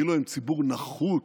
כאילו הם ציבור נחות,